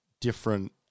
different